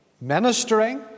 ministering